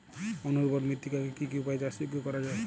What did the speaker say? অনুর্বর মৃত্তিকাকে কি কি উপায়ে চাষযোগ্য করা যায়?